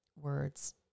words